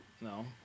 No